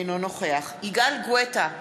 אינו נוכח יגאל גואטה,